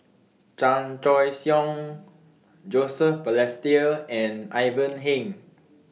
Chan Choy Siong Joseph Balestier and Ivan Heng